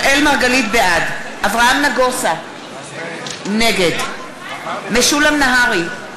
בעד אברהם נגוסה, נגד משולם נהרי,